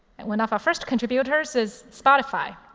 and one of our first contributors is spotify.